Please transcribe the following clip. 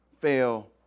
fail